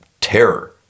terror